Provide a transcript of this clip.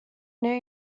new